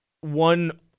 one